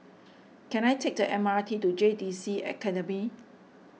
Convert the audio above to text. can I take the M R T to J T C Academy